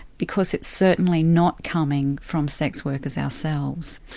because it's certainly not coming from sex workers ourselves.